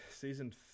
Season